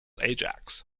ajax